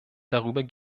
darüber